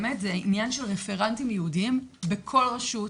באמת שזה עניין של רפרנטים ייעודים בכל רשות,